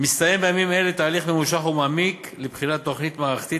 מסתיים בימים אלה תהליך ממושך ומעמיק לבחינת תוכנית מערכתית